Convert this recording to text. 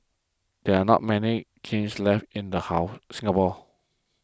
there are not many kilns left in Singapore